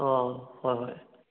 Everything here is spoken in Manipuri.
ꯑꯥ ꯍꯣꯏ ꯍꯣꯏ